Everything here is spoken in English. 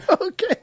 okay